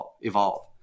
evolve